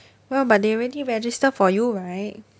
but well they already register for you right